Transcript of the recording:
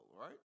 right